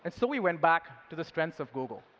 so we went back to the strengths of google,